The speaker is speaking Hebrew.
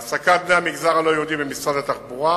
3. העסקת בני המגזר הלא-יהודי במשרד התחבורה: